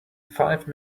five